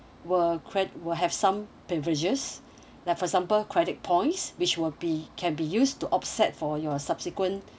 will cre~ will have some like for example credit points which will be can be used to offset for your subsequent